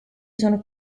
sono